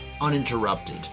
uninterrupted